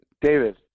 David